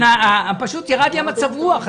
פשוט ירד לי המצב רוח.